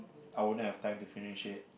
I wouldn't have time to finish it